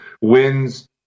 Wins